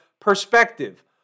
perspective